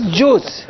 juice